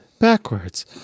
backwards